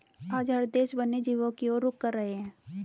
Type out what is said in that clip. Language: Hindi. आज हर देश वन्य जीवों की और रुख कर रहे हैं